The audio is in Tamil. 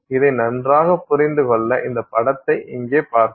இதை நன்றாக புரிந்து கொள்ள இந்த படத்தை இங்கே பார்ப்போம்